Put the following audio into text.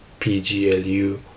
PGLU